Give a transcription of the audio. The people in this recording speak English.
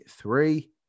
three